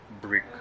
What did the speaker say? brick